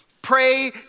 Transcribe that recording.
Pray